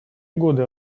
годы